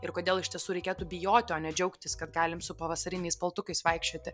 ir kodėl iš tiesų reikėtų bijoti o ne džiaugtis kad galim su pavasariniais paltukais vaikščioti